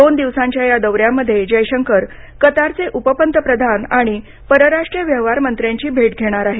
दोन दिवसांच्या ह्या दौऱ्यामध्ये जयशंकर कतारचे उपपंतप्रधान आणि परराष्ट्र व्यवहार मंत्र्यांची भेट घेणार आहेत